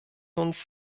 uns